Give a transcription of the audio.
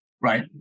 right